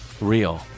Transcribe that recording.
Real